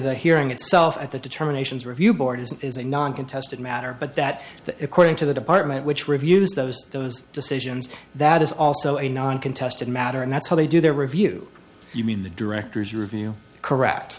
the hearing itself at the determinations review board is a non contested matter but that that according to the department which reviews those those decisions that is also a non contested matter and that's how they do their review you mean the directors review correct